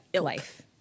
Life